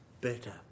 better